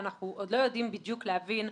ואנחנו עוד לא יודעים בדיוק להבין.